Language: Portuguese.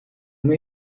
uma